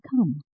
come